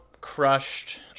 crushed